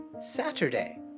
Saturday